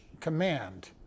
command